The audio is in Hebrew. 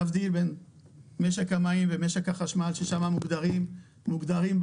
להבדיל בין משק המים ומשק החשמל ששם מוגדרים בחוק